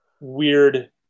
weird